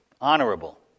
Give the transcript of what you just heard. honorable